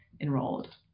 enrolled